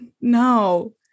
no